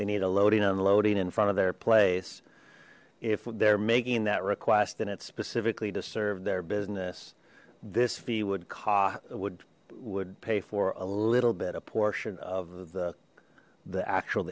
they need a loading unloading in front of their place if they're making that request and it's specifically to serve their business this fee would caught it would would pay for a little bit a portion of the the actual